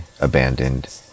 abandoned